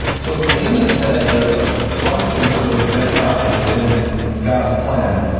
so if amos said there's a function for those gentiles within god's plan,